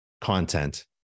content